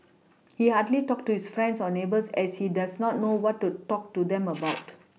he hardly talks to his friends or neighbours as he does not know what to talk to them about